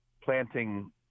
planting